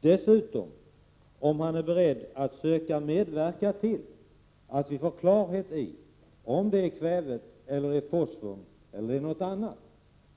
Dessutom undrar jag om han är beredd att söka medverka till att vi får klarhet i om det är kväve eller fosfor eller något annat